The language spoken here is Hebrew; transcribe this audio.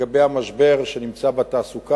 לגבי המשבר בתעסוקה,